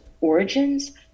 origins